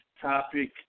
topic